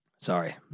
Sorry